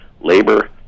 labor